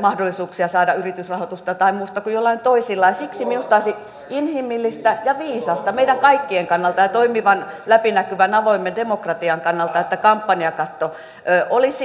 mahdollisuuksia saada yritysrahoitusta tai muuta kuin jollain toisilla ja siksi minusta olisi inhimillistä ja viisasta meidän kaikkien kannalta ja toimivan läpinäkyvän avoimen demokratian kannalta että kampanjakatto olisi